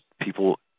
people